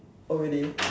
oh really